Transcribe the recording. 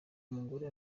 umugore